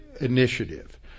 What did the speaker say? initiative